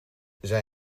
zij